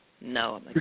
No